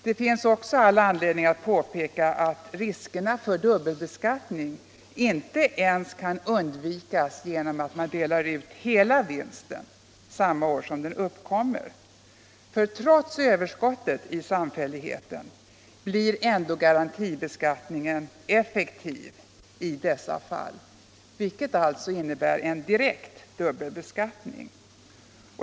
Det finns också all anledning påpeka att riskerna för dubbelbeskattning inte ens kan undvikas genom att man delar ut hela vinsten samma år som den uppkommer, eftersom trots överskottet i samfälligheten garantibeskattningen ändå blir effektiv i dessa fall, vilket alltså innebär en direkt dubbelbeskattning.